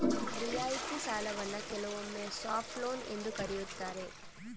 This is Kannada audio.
ರಿಯಾಯಿತಿ ಸಾಲವನ್ನ ಕೆಲವೊಮ್ಮೆ ಸಾಫ್ಟ್ ಲೋನ್ ಎಂದು ಕರೆಯುತ್ತಾರೆ